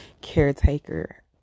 caretaker